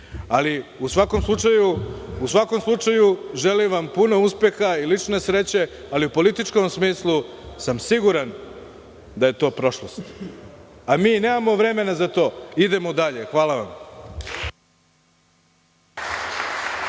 ali u svakom slučaju želim vam puno uspeha i lične sreće, ali u političkom smislu sam siguran da je to prošlost, a mi nemamo vremena za to, idemo dalje. Hvala vam.